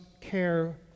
care